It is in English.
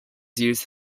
used